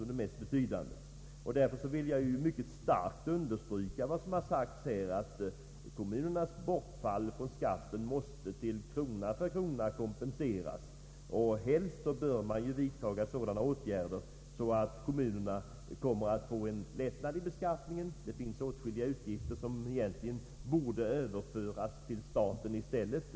Jag vill därför mycket starkt understryka vad som sagts här, nämligen att kommunernas skattebortfall måste kompenseras krona för krona. Helst bör man vidtaga sådana åtgärder att kommunerna får en lättnad i beskattningen. Det finns åtskilliga utgifter som egentligen borde överföras till staten.